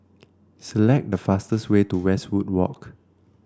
select the fastest way to Westwood Walk